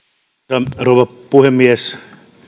arvoisa rouva puhemies